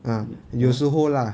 ah 有时候 lah